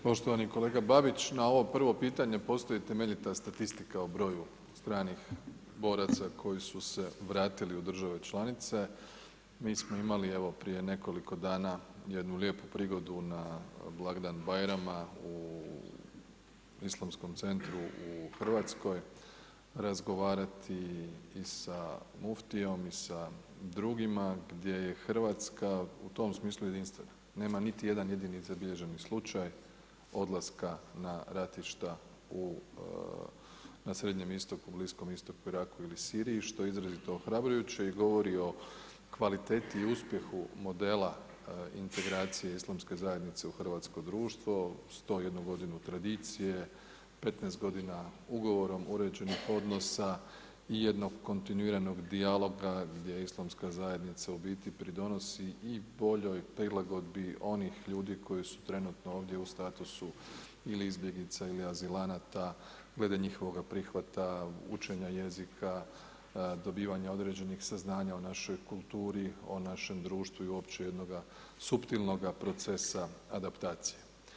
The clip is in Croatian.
Poštovani kolega Babić, na ovo prvo pitanje postoji temeljita statistika o broju stranih boraca koji su se vratili u države članice, mi smo imali evo prije nekoliko dana jednu lijepu prigodu na blagdan Bajrama u islamskom centru u Hrvatskoj razgovarati i sa Muftijom i sa drugima, gdje je Hrvatska u tom smislu jedinstvena, nema niti jedan jedini zabilježeni slučaj odlaska na ratišta na srednjem istoku, Bliskom Istoku, Iraku ili Siriji, što je izrazito ohrabrujuće i govori o kvaliteti i uspjehu modela integracije islamske zajednice u hrvatsko društvo, 101 godinu tradicije, 15 godina ugovora uređenih odnosa i 1 kontinuiranog dijaloga gdje je islamska zajednica u biti pridonosi i podjeli i prilagodbi onih ljudi koji su trenutno ovdje u statusu ili izbjeglica ili azilanata, glede njihovoga prihvata, učenje jezika dobivanja određenih saznanja o našoj kulturi, o našem društvu i uopće jednoga suptilnoga procesa adaptacije.